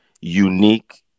unique